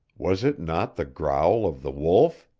was it not the growl of the wolf?